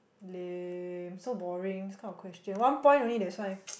lame so boring this kind of question one point only that's why